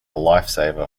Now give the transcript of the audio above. lifesaver